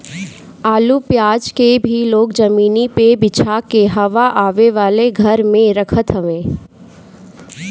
आलू पियाज के भी लोग जमीनी पे बिछा के हवा आवे वाला घर में रखत हवे